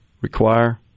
require